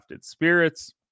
spirits